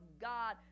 god